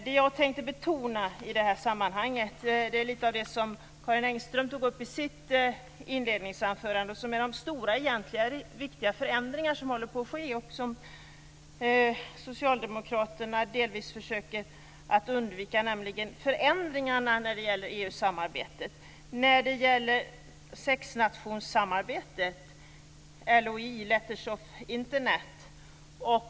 Det som jag tänkte betona i detta sammanhang är lite av det som Karin Enström tog upp i sitt inledningsanförande och som är de stora, egentliga och viktiga förändringar som håller på att ske och som socialdemokraterna delvis försöker att undvika, nämligen förändringarna när det gäller EU-samarbetet.